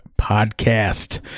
Podcast